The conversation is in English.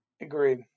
Agreed